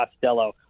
Costello